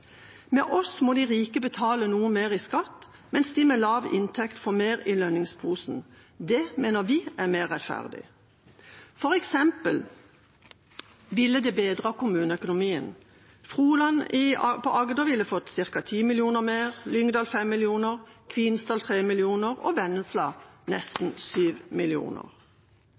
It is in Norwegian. Med oss må de rike betale noe mer i skatt, mens de med lav inntekt får mer i lønningsposen. Det mener vi er mer rettferdig. For eksempel ville det bedret kommuneøkonomien. Froland i Agder ville fått ca. 10 mill. kr mer, Lyngdal 5 mill. kr, Kvinesdal 3 mill. kr og Vennesla nesten